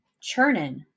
churning